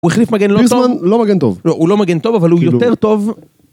הוא החליף מגן לא טוב? ביזמן לא מגן טוב. לא, הוא לא מגן טוב, אבל הוא יותר טוב.